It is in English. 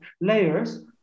layers